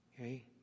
Okay